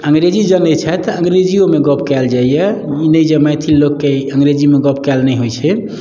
अंग्रेजी जानै छथि तऽ अंग्रेजियोमे गप्प कयल जाइया ई नहि जे मैथिल लोकके अंग्रेजीमे गप्प कयल नहि होइ छै